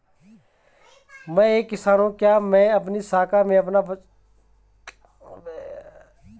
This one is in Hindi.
मैं एक किसान हूँ क्या मैं आपकी शाखा में अपना बचत खाता खोल सकती हूँ?